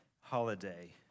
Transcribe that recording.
holiday